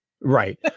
Right